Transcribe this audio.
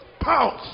pounce